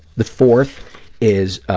the fourth is,